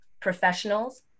professionals